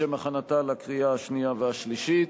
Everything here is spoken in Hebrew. לשם הכנתה לקריאה השנייה והשלישית.